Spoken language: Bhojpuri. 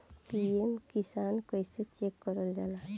पी.एम किसान कइसे चेक करल जाला?